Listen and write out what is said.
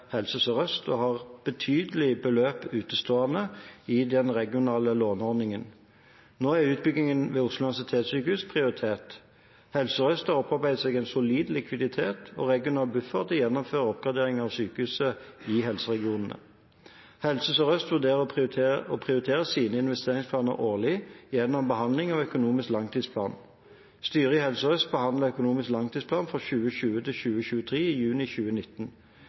Helse Sør-Øst og har betydelige beløp utestående i den regionale låneordningen. Nå er utbygging ved Oslo universitetssykehus prioritert. Helse Sør-Øst har opparbeidet seg en solid likviditet og regional buffer til å gjennomføre oppgraderinger av sykehus i helseregionen. Helse Sør-Øst vurderer og prioriterer sine investeringsplaner årlig gjennom behandling av økonomisk langtidsplan. Styret i Helse Sør-Øst behandlet økonomisk langtidsplan for 2020–2023 i juni 2019.